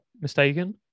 mistaken